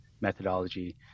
methodology